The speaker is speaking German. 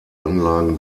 anlagen